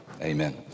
Amen